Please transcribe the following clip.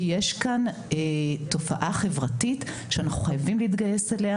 שיש כאן תופעה חברתית שאנחנו חייבים להתגייס אליה